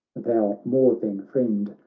thou more than friend.